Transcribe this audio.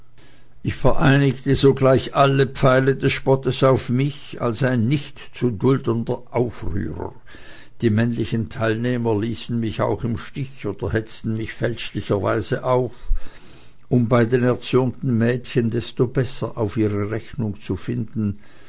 ich vereinigte sogleich alle pfeile des spottes auf mich als ein nicht zu duldender aufrührer die männlichen teilnehmer ließen mich auch im stich oder hetzten mich fälschlicherweise auf um bei den erzürnten mädchen desto besser ihre rechnung zu finden